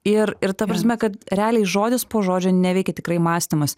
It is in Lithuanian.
ir ir ta prasme kad realiai žodis po žodžio neveikia tikrai mąstymas